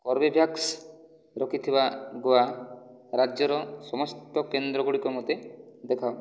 Corbevax ରଖିଥିବା ଗୋଆ ରାଜ୍ୟର ସମସ୍ତ କେନ୍ଦ୍ରଗୁଡ଼ିକ ମୋତେ ଦେଖାଅ